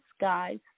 guys